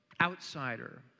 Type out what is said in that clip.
outsider